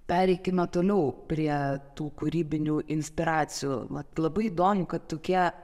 pereikime toliau prie tų kūrybinių inspiracijų vat labai įdomiai kad tokie